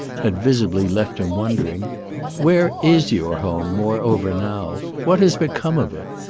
had visibly left him wondering where is your home moreover now what has become of it?